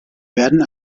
werden